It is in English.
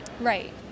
Right